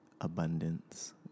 abundance